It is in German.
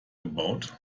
gebaut